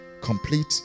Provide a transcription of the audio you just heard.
complete